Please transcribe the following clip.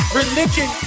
religion